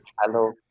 Hello